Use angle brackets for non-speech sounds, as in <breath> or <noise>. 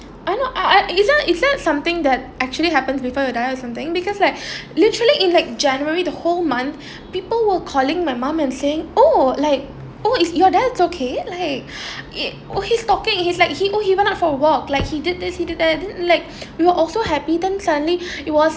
I know I uh is that is that something that actually happens before you die or something because like <breath> literally in like january the whole month people will calling my mom and saying oh like oh is your dad he's okay like <breath> it well he's talking he's like he oh went out for a walk like he did this he did that like we were also happy then suddenly it was